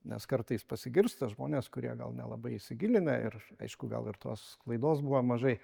nes kartais pasigirsta žmonės kurie gal nelabai įsigilinę ir aš gal ir tos sklaidos buvo mažai